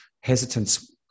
hesitance